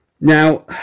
now